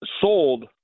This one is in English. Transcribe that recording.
sold